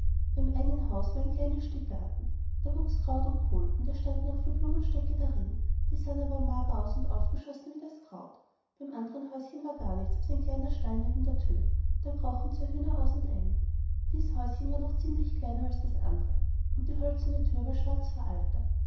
beim einen haus war ein kleines stück garten da wuchs kraut und kohl und es standen auch vier blumenstöcke darin die sahen aber mager aus und aufgeschossen wie das kraut beim anderen häuschen war gar nichts als ein kleiner stall neben der tür da krochen zwei hühner aus und ein dies häuschen war noch ziemlich kleiner als das andere und die hölzerne tür war schwarz vor alter